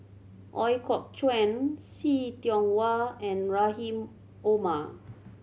Ooi Kok Chuen See Tiong Wah and Rahim Omar